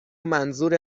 منظور